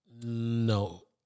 No